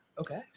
Okay